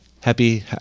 happy